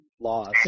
loss